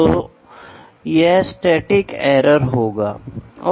तो यहाँ यह एक सेकेंड्री मेजरमेंट है